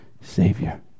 Savior